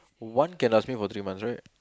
one can last me for three months right